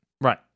Right